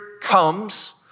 comes